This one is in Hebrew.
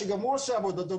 שגם הוא עושה בהתנדבות,